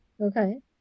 okay